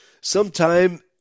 Sometime